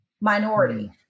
minority